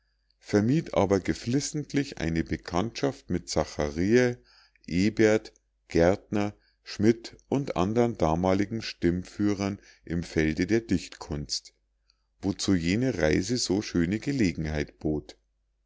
vermied aber geflissentlich eine bekanntschaft mit zachariä ebert gärtner schmidt und andern damaligen stimmführern im felde der dichtkunst wozu jene reise so schöne gelegenheit bot